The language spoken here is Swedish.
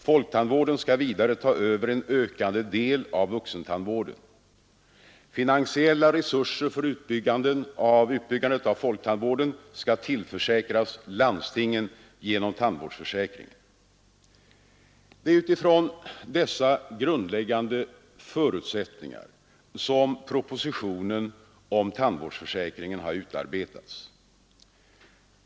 Folktandvården skall vidare ta över en ökande del av vuxentandvården. Finansiella resurser för utbyggnaden av folktandvården skall tillföras landstingen genom tandvårdsförsäkringen. Det är utifrån dessa grundläggande förutsättningar som propositionen om tandvårdsreformen har utarbetats.